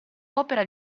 opera